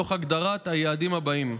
תוך הגדרת היעדים הבאים: